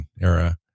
era